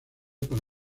para